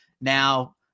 now